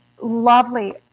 Lovely